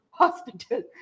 hospital